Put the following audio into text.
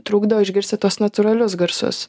trukdo išgirsti tuos natūralius garsus